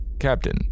Captain